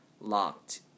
locked